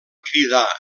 cridar